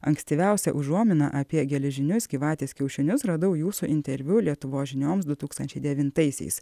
ankstyviausią užuominą apie geležinius gyvatės kiaušinius radau jūsų interviu lietuvos žinioms du tūkstančiai devintaisiais